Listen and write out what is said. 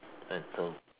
mental